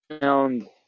found